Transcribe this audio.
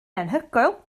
anhygoel